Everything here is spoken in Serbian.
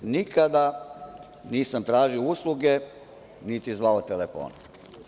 Nikada nisam tražio usluge, niti zvao telefonom.